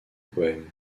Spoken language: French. poèmes